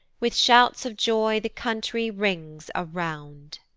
with shouts of joy the country rings around.